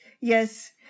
Yes